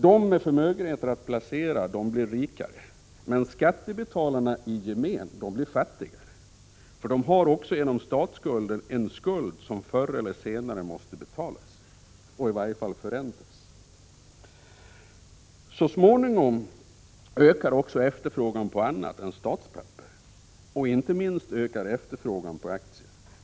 De med förmögenheter att placera blir rikare medan skattebetalarna i gemen blir fattigare, eftersom de också genom statsskulden har en skuld som förr eller senare måste betalas och i varje fall förräntas. Så småningom ökar också efterfrågan på annat än statspapper, inte minst efterfrågan på aktier.